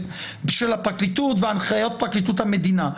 של הפרקליטות והנחיות פרקליטות המדינה.